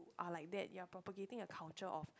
are like that you are propagating a culture of